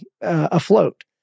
afloat